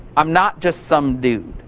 i'm not just some dude.